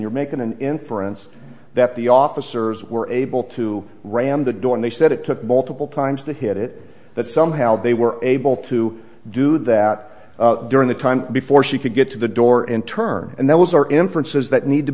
you're making an inference that the officers were able to ram the door and they said it took multiple times to hit it but somehow they were able to do that during the time before she could get to the door in terms and that was our inferences that need to